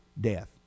death